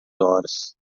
horas